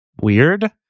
weird